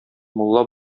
мулла